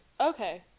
Okay